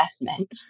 investment